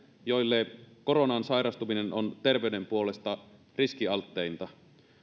joille koronaan sairastuminen on terveyden puolesta riskialtteinta